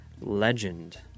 Legend